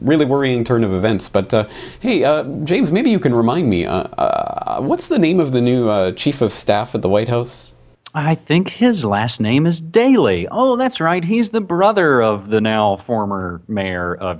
really worrying turn of events but hey uh james maybe you can remind me what's the name of the new chief of staff at the white house i think his last name is daley oh that's right he's the brother of the now former mayor of